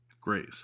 Grace